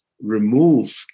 remove